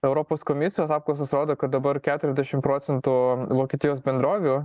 europos komisijos apklausos rodo kad dabar keturiasdešim procentų vokietijos bendrovių